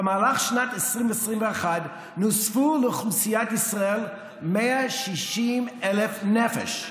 במהלך שנת 2021 נוספו לאוכלוסיית ישראל 160,000 נפש.